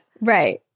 Right